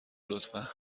لطفا